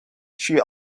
she